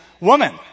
woman